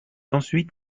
ensuite